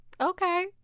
okay